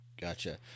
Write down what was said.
Gotcha